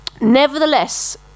nevertheless